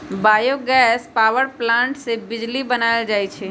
bio gas power plant से बिजली बनाएल जाइ छइ